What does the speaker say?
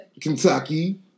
Kentucky